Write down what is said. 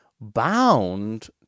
bound